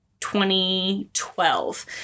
2012